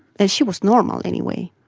and she was normal anyway.